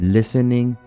listening